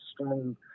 strong